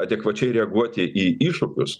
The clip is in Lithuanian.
adekvačiai reaguoti į iššūkius